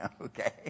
okay